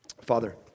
Father